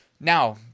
Now